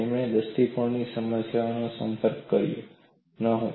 તેમણે તે દ્રષ્ટિકોણથી સમસ્યાનો સંપર્ક કર્યો ન હતો